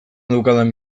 daukadan